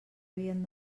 havien